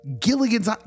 Gilligan's